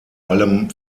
allem